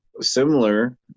similar